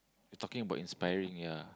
we talking about inspiring ya